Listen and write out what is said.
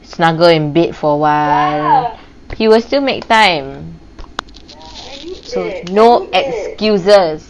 snuggle in bed for a while he was still make time so no excuses